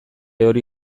hori